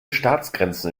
staatsgrenzen